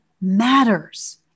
matters